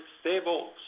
stable